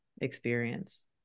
experience